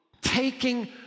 taking